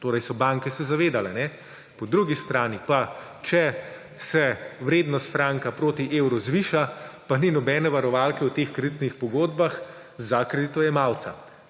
Torej so se banke zavedale. Po drugi strani pa, če se vrednost franka proti evru zviša, pa ni nobene varovalke v teh kreditnih pogodbah za kreditojemalca.